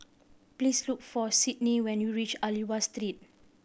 please look for Cydney when you reach Aliwal Street